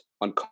on